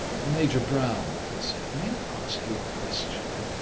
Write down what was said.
major brown, he said, may i ask you a question?